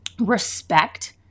respect